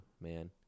man